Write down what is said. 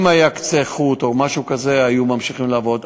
אם היה קצה חוט או משהו כזה היו ממשיכים לעבוד.